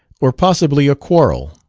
or possibly a quarrel.